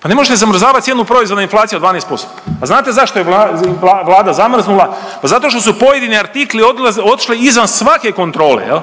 Pa ne možete zamrzavati cijenu proizvoda na inflaciju od 12 %, a znate zašto ih je Vlada zamrznula? Pa zato što su pojedini artikli otišli izvan svake kontrole, je li?